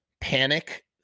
panic